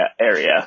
area